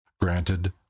granted